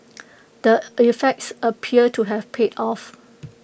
the efforts appear to have paid off